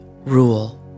rule